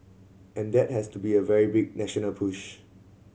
and that has to be a very big national push